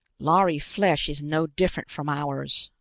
lhari flesh is no different from ours.